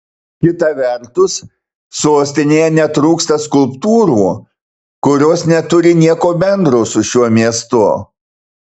kita vertus sostinėje netrūksta skulptūrų kurios neturi nieko bendro su šiuo miestu